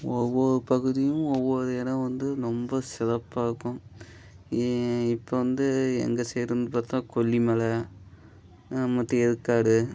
ஒவ்வொரு பகுதியும் ஒவ்வொரு இடம் வந்து ரொம்ப சிறப்பாக இருக்கும் இ இப்போ வந்து எங்கள் சைடுன்னு பார்த்தா கொல்லி மலை நமக்கு ஏற்காடு